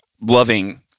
loving